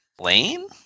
Lane